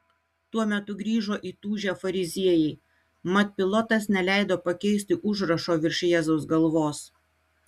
tuo metu grįžo įtūžę fariziejai mat pilotas neleido pakeisti užrašo virš jėzaus galvos